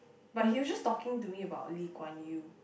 but he was just talking to me about Lee-Kuan-Yew